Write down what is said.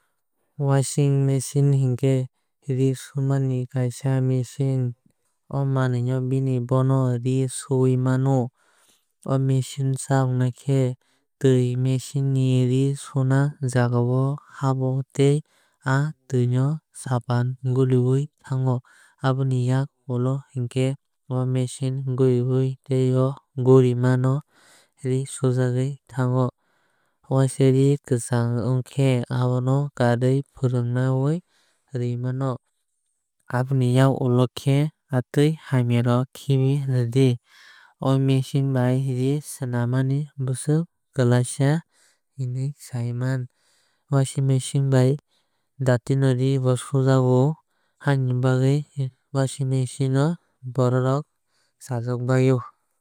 Washing machine hinkhe ree sumani kaisa machine. O manwui bini bono ree suui mano. O machine chalok khe tui machine ni ree suna jagao habo tei aa tui o sapan goliui thango. Aboni yak ulo hinkhe o machine gorio tei o gorima o ree sujagwui thango. Waisa ree kwchuwng onkhe abono kariui fwranui rui mano. Aboni yak ulo khe tui hamya no khibi rwdi. O machine bai ree sunani bwswk kwlaisa hunui sai maan. Washing machine bai daati no ree bo sujago. Haini bagwui washing mnachine o borok rok chaajabai o.